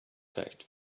fact